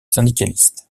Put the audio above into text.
syndicalistes